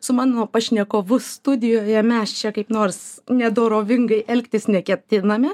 su mano pašnekovu studijoje mes čia kaip nors nedorovingai elgtis neketiname